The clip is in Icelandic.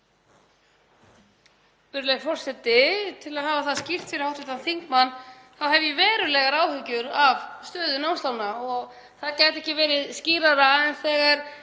Virðulegi forseti. Til að hafa það skýrt fyrir hv. þingmann hef ég verulegar áhyggjur af stöðu námslána og það gæti ekki verið skýrara en þegar